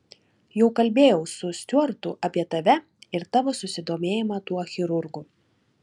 jau kalbėjau su stiuartu apie tave ir tavo susidomėjimą tuo chirurgu